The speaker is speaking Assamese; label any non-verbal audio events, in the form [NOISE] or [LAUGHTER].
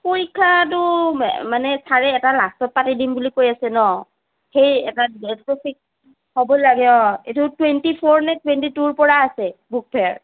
পৰীক্ষাটো মানে ছাৰে এটা লাষ্টত পাতি দিম বুলি কৈ আছে ন' সেই এটা [UNINTELLIGIBLE] টপিক হ'ব লাগে অঁ এইটো টুৱেণ্টি ফ'ৰনে টুৱেণ্টি টুৰ পৰা আছে বুক ফেয়াৰ